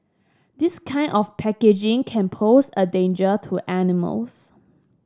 this kind of packaging can pose a danger to animals